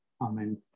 Amen